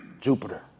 Jupiter